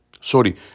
Sorry